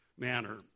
manner